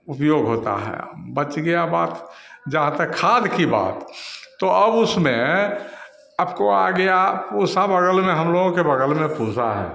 उपयोग होता है बच गई बात जहाँ तक खाद की बात तो अब उसमें आपको आ गया पूसा बगल में हमलोगों के बगल में पूसा है